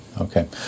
Okay